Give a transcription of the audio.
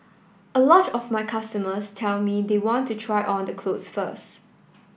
a lot of my customers tell me they want to try on the clothes first